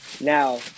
now